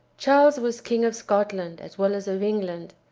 charles was king of scotland as well as of england.